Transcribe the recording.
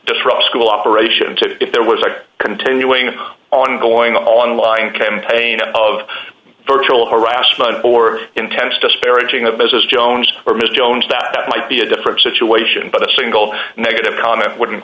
disrupt school operation to if there was a continuing ongoing online campaign of virtual harassment or intense disparaging of business jones or miss jones that might be a different situation but a single negative comment wouldn't